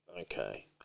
Okay